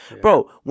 bro